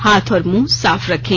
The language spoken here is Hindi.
हाथ और मंह साफ रखें